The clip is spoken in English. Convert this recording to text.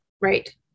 Right